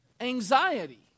anxiety